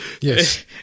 Yes